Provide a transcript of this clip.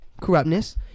corruptness